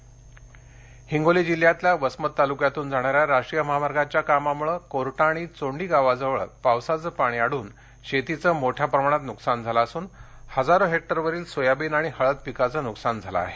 हुळद पीक नुकसान हिंगोली जिल्ह्यातल्या वसमत तालुक्यातून जाणाऱ्या राष्ट्रीय महामार्गाच्या कामामुळं कोर्टा आणि चोंडी गावाजवळ पावसाचं पाणी अडून शेतीचे मोठ्या प्रमाणात नुकसान झालं असून हजारो हेक्टर वरील सोयाबीन आणि हळद पिकाचं नुकसान झालं आहे